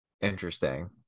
Interesting